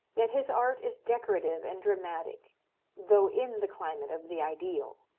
yet his art is decorative and dramatic though in the climate of the ideal.